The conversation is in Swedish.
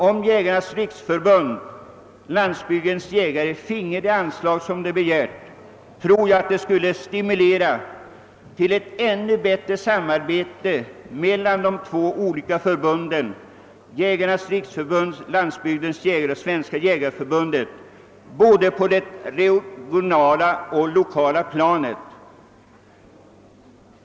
Om Jägarnas riksförbund—Landsbygdens jägare finge de anslag som de begärt tror jag att detta skulle stimulera till ett ännu bättre samarbete mellan de två olika förbunden, Jägarnas riksförbund —Landsbygdens jägare och Svenska jägareförbundet, både på det regionala och det lokala planet.